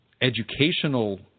educational